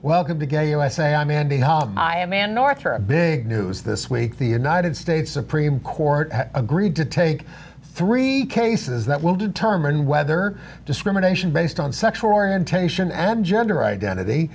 welcome to get usa i mean i am in north for a big news this week the united states supreme court has agreed to take three cases that will determine whether discrimination based on sexual orientation and gender identity